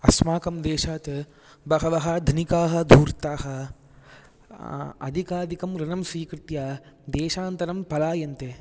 अस्माकं देशात् बहवः धनिकाः धूर्ताः अधिकाधिकं ऋणं स्वीकृत्य देशान्तरं पलायन्ते